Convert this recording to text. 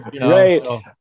Right